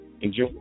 Enjoy